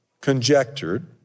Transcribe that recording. conjectured